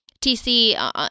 TC